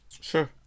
Sure